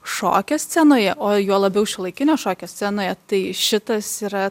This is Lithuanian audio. šokio scenoje o juo labiau šiuolaikinio šokio scenoje tai šitas yra